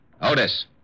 Otis